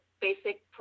basic